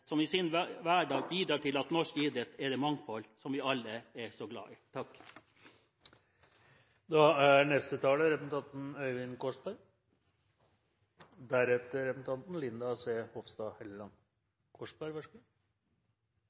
som i sin hverdag bidrar til at norsk idrett er det mangfold som vi alle er så glad i.